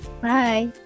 Bye